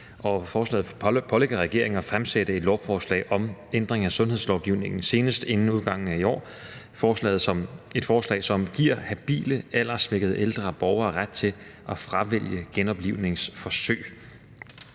Forslaget pålægger regeringen at fremsætte et lovforslag om ændring af sundhedslovgivningen senest inden udgangen af i år. Det er et forslag, som giver habile alderssvækkede ældre borgere ret til at fravælge genoplivningsforsøg.